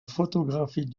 photographie